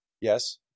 Yes